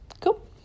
Cool